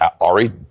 Ari